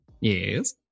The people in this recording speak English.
Yes